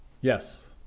Yes